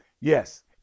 yes